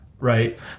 right